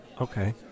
okay